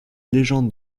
légendes